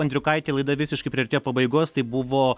andriukaiti laida visiškai priartėjo pabaigos tai buvo